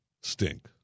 stink